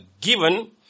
given